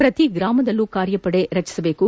ಪ್ರತಿ ಗ್ರಾಮದಲ್ಲೂ ಕಾರ್ಯಪಡೆ ಮಾಡಬೇಕು